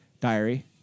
diary